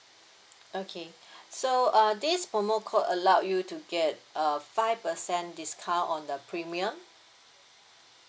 okay so uh this promo code allow you to get a five percent discount on the premium